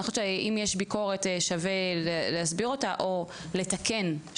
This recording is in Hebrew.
ואני חושבת שאם יש ביקורת שווה להסביר אותה או לתקן,